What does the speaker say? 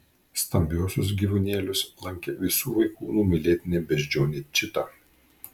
stambiuosius gyvūnėlius lankė visų vaikų numylėtinė beždžionė čita